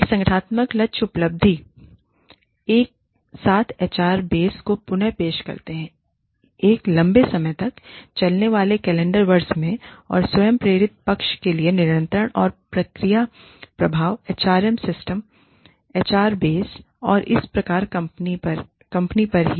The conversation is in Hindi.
एक संगठनात्मक लक्ष्य उपलब्धि एक साथ एचआर बेस को पुन पेश करते हुए एक लंबे समय तक चलने वाले कैलेंडर वर्ष में और स्वयं प्रेरित पक्ष के लिए नियंत्रण और प्रतिक्रिया प्रभाव एचआर सिस्टम पर एचआर बेस पर और इस प्रकार कंपनी पर ही